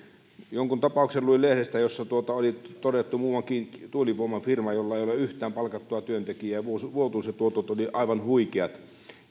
jonkun tapauksen luin lehdestä jossa oli todettu muuankin tuulivoimafirma jolla ei ole yhtään palkattua työntekijää vuotuiset tuotot olivat aivan huikeat